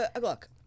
look